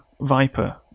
viper